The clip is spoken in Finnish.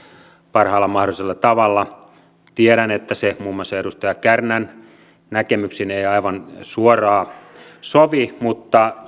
parhaalla mahdollisella tavalla tiedän että se muun muassa edustaja kärnän näkemyksiin ei aivan suoraan sovi mutta